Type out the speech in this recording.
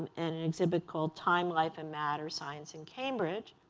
and an exhibit called time, life, and matter science in cambridge.